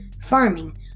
farming